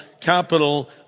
capital